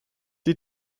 die